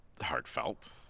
heartfelt